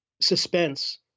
suspense